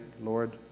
Lord